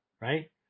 right